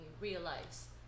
realize